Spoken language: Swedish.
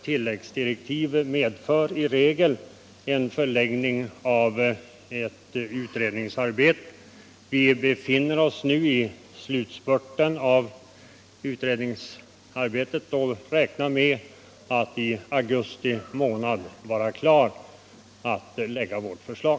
Tilläggsdirektiv medför i regel en förlängning av ett utredningsarbete. Nu befinner vi oss i slutspurten av utredningsarbetet, och vi räknar med att i augusti månad vara klara att lägga fram vårt förslag.